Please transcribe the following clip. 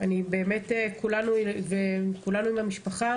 כולנו עם המשפחה